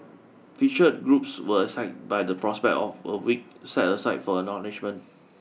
featured groups were excited by the prospect of a week set aside for acknowledgement